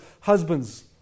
Husbands